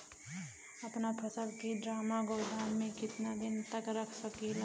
अपना फसल की ड्रामा गोदाम में कितना दिन तक रख सकीला?